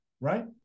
right